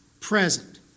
present